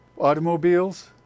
automobiles